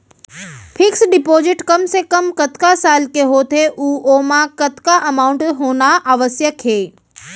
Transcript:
Fix deposit कम से कम कतका साल के होथे ऊ ओमा कतका अमाउंट होना आवश्यक हे?